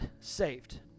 saved